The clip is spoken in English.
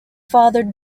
fathered